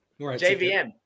JVM